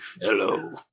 hello